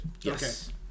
Yes